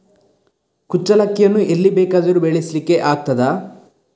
ಕುಚ್ಚಲಕ್ಕಿಯನ್ನು ಎಲ್ಲಿ ಬೇಕಾದರೂ ಬೆಳೆಸ್ಲಿಕ್ಕೆ ಆಗ್ತದ?